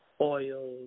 oil